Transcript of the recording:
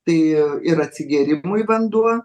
tai ir atsigėrimui vanduo